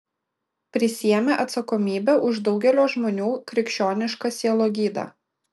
prisiėmė atsakomybę už daugelio žmonių krikščionišką sielogydą